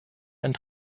einen